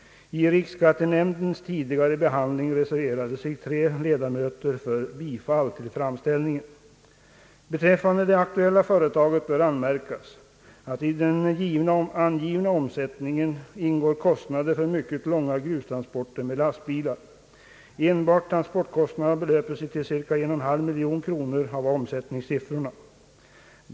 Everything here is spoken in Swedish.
Vid riksskattenämndens tidigare behandling reserverade sig tre ledamöter för bifall till framställningen. Beträffande det aktuella företaget bör anmärkas att i den angivna omsättningen ingår kostnader för mycket långa grustransporter med lastbilar. Enbart transportkostnaderna belöper sig till cirka 1,5 miljon kronor av omsättningen.